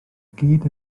gyd